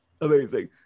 amazing